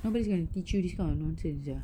nobody's gonna teach you this kind of nonsense sia